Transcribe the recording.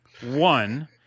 One